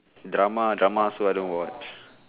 drama drama also I don't watch